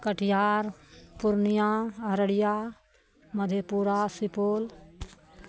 Katihar Purnia Araria Madhepura Supaul